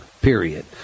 period